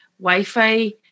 Wi-Fi